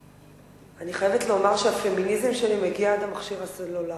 אני חייבת לומר שהפמיניזם שלי מגיע עד למכשיר הסלולרי.